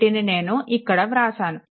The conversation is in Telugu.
వీటిని నేను ఇక్కడ వ్రాసాను